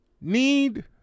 need